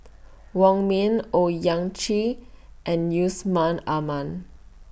Wong Ming Owyang Chi and Yusman Aman